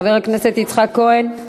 חבר הכנסת יצחק כהן?